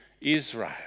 Israel